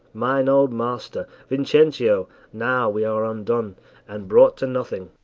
mine old master, vincentio! now we are undone and brought to nothing.